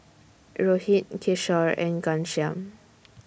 Rohit Kishore and Ghanshyam